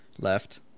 Left